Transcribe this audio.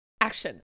action